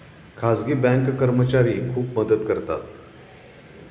खाजगी बँक कर्मचारी खूप मदत करतात